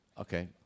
Okay